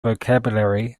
vocabulary